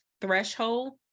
Threshold